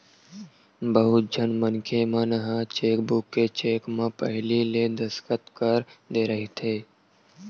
बहुत झन मनखे मन ह चेकबूक के चेक म पहिली ले दस्कत कर दे रहिथे